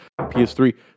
ps3